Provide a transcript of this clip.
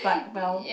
but well